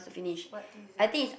what dessert